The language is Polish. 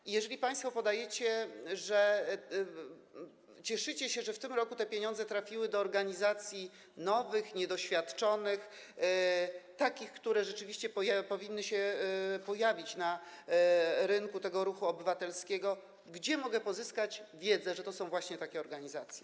I jeżeli państwo podajecie, że cieszycie się, że w tym roku te pieniądze trafiły do organizacji nowych, niedoświadczonych, takich, które rzeczywiście powinny się pojawić na rynku tego ruchu obywatelskiego, gdzie mogę pozyskać wiedzę, że to są właśnie takie organizacje?